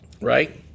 right